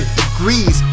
degrees